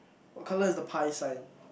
what colour is the pie sign